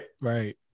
Right